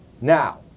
Now